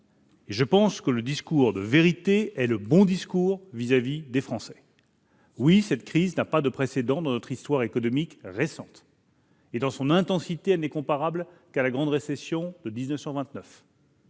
mots. Selon moi, le discours de vérité est le bon discours vis-à-vis des Français. C'est vrai, cette crise est sans précédent dans notre histoire économique récente. Dans son intensité, elle n'est comparable qu'à la grande récession de 1929.